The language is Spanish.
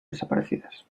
desaparecidas